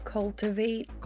Cultivate